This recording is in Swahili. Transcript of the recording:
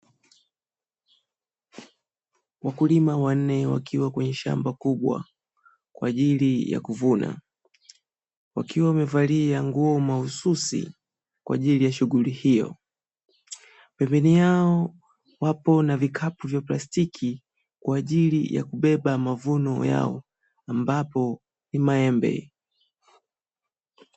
Wakulima wa nne wakiwa kwenye hamba, wakiwa wamevaa nguo mahususi kwa ajili ya shughuli hiyo, Pembeni yako kuna vikapu vya plastiki kwa ajili ya kubeBea mavuno yao ambao ambapo ni maembe.